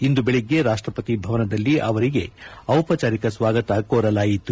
ಇಂದು ಬೆಳಿಗ್ಗೆ ರಾಷ್ಟಪತಿ ಭವನದಲ್ಲಿ ಅವರಿಗೆ ಔಪಚಾರಿಕ ಸ್ವಾಗತ ಕೋರಲಾಯಿತು